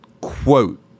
quote